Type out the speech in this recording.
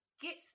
get